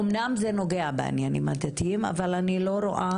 אמנם זה נוגע בעניינים הדתיים אבל אני לא רואה